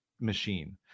machine